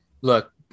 look